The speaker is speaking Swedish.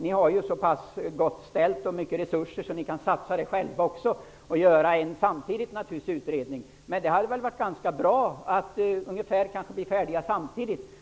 Ni har ju så pass gott ställt och så pass mycket egna resurser att ni hade kunnat satsa dem för att själva göra en utredning. Då hade kanske utredningarna varit färdiga samtidigt.